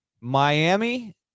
Miami